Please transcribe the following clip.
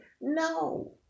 No